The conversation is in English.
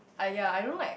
ah ya I don't like